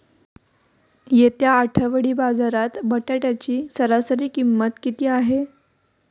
येत्या आठवडी बाजारात बटाट्याची सरासरी किंमत किती आहे?